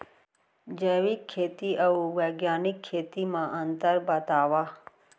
जैविक खेती अऊ बैग्यानिक खेती म अंतर बतावा?